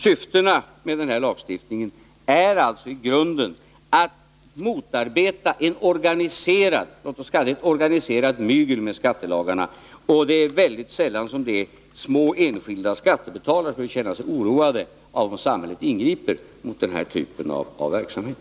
Syftet med lagstiftningen är alltså i grunden att motarbeta ett organiserat mygel med skattelagarna. Det är sällan små enskilda skattebetalare har anledning att känna sig oroade av att samhället ingriper mot den typen av verksamhet.